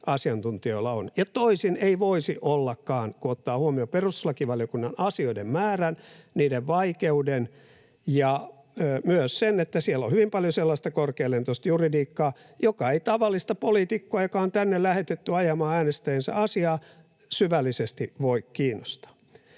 asiantuntijoilla on. Ja toisin ei voisi ollakaan, kun ottaa huomioon perustuslakivaliokunnan asioiden määrän, niiden vaikeuden ja myös sen, että siellä on hyvin paljon sellaista korkealentoista juridiikkaa, joka ei tavallista poliitikkoa, joka on tänne lähetetty ajamaan äänestäjiensä asiaa, syvällisesti voi kiinnostaa.